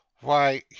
Why